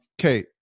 Okay